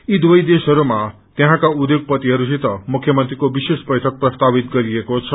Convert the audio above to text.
यी दुवै देशहरूमा तयहाँका अध्योगपतिहरूसित मुख्यमंत्रीको विशेष बैठक प्रस्तावित गरिएको छ